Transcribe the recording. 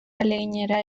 ahaleginera